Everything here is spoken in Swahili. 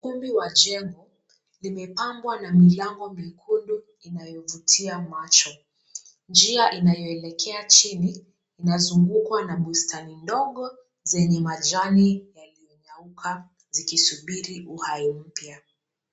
Ukumbi wa jengo limepambwa na milango miekundu inayovutia macho. Njia inayoelekea chini, inazungukwa na bustani ndogo zenye majani yaliyonyauka zikisubiri uhai mpya.